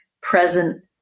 present